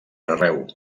arreu